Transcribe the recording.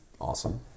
Awesome